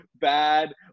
bad